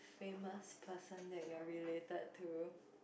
famous person that you are related to